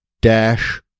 dash